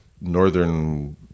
northern